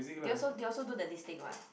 they also they also do the this thing [what]